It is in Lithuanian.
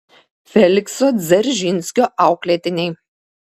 felikso dzeržinskio auklėtiniai